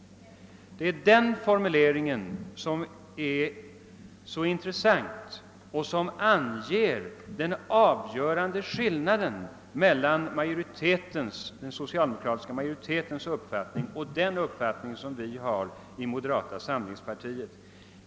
Det är denna formulering som är så intressant och som anger den avgörande skillnaden mellan den socialdemokratiska majoritetens uppfattning och den uppfattning vi har inom moderata samlingspartiet.